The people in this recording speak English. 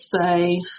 say